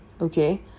Okay